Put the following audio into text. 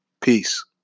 Peace